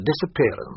disappearance